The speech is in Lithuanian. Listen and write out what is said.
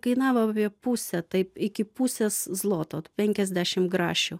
kainavo apie pusę taip iki pusės zloto penkiasdešim grašių